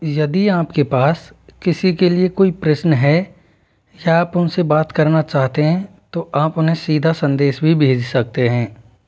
यदि आपके पास किसी के लिए कोई प्रश्न है या आप उनसे बात करना चाहते हैं तो आप उन्हें सीधा संदेश भी भेज सकते हैं